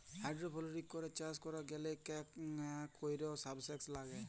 hydroponics করে চাষ ক্যরতে গ্যালে কাক কৈর সাবস্ট্রেট লাগে